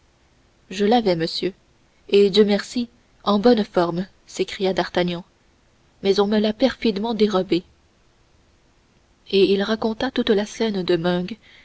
je l'avais monsieur et dieu merci en bonne forme s'écria d'artagnan mais on me l'a perfidement dérobé et il raconta toute la scène de